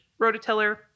rototiller